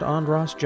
Andros